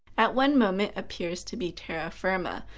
at one moment appears to be terra firma,